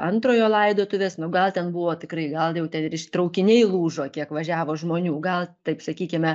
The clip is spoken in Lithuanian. antrojo laidotuves nu gal ten buvo tikrai gal jau ten ir iš traukiniai lūžo kiek važiavo žmonių gal taip sakykime